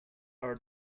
our